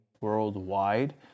worldwide